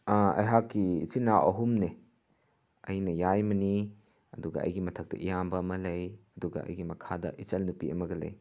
ꯑꯩꯍꯥꯛꯀꯤ ꯏꯆꯤꯟ ꯏꯅꯥꯎ ꯑꯍꯨꯝꯅꯤ ꯑꯩꯅ ꯌꯥꯏꯃꯅꯤ ꯑꯗꯨꯒ ꯑꯩꯒꯤ ꯃꯊꯛꯇ ꯑꯌꯥꯝꯕ ꯑꯃ ꯂꯩ ꯑꯗꯨꯒ ꯑꯩꯒꯤ ꯃꯈꯥꯗ ꯏꯆꯟꯅꯨꯄꯤ ꯑꯃꯒ ꯂꯩ